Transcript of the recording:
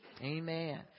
amen